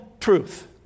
truth